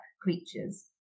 creatures